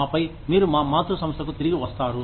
ఆపై మీరు మీ మాతృ సంస్థకు తిరిగి వస్తారు